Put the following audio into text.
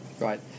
Right